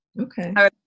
Okay